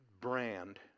brand